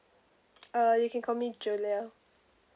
uh you can call me julia